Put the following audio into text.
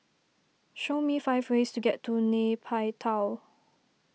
show me five ways to get to Nay Pyi Taw